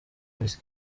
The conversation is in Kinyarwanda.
polisi